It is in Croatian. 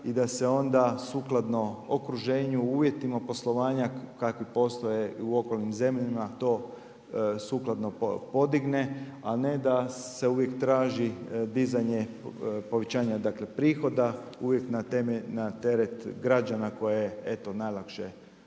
i da se onda suglasno okruženju, u uvjetima poslovanja, kakvih postoje u lokalnim zemljama to sukladno podigne, a ne da se uvijek traži dizanje, povećanje prihoda, uvijek na teret građana koje je najlakše